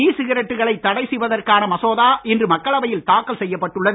இ சிகரெட்டுகளை தடை செய்வதற்கான மசோதா இன்று மக்களவையில் தாக்கல் செய்யப்பட்டுள்ளது